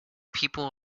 people